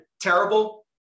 terrible